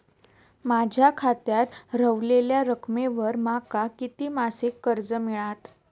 माझ्या खात्यात रव्हलेल्या रकमेवर माका किती मासिक कर्ज मिळात?